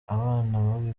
abana